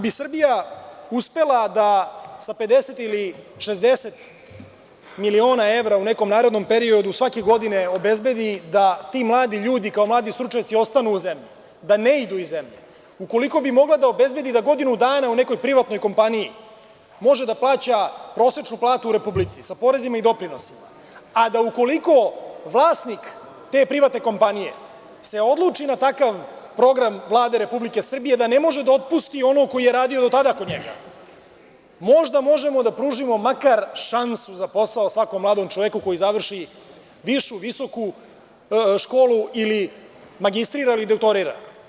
Ako bi Srbija uspela da sa 50 ili 60 miliona evra u nekom narednom periodu svake godine obezbedi da ti mladi ljudi, kao mladi stručnjaci, ostanu u zemlji, da ne idu iz zemlje, ukoliko bi mogla da godinu dana u nekoj privatnoj kompaniji može da plaća prosečnu platu u Republici, sa porezima i doprinosima, a da, ukoliko vlasnik te privatne kompanije se odluči na takav program Vlade Republike Srbije da ne može da otpusti onog koji je radio do tada kod njega, možda možemo da pružimo makar šansu za posao svakom mladom čoveku koji završi višu, visoku školu ili magistrira ili doktorira.